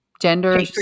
gender